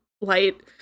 light